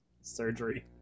Surgery